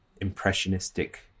impressionistic